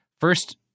first